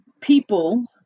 people